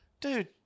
dude